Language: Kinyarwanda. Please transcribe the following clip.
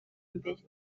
mbere